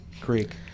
Creek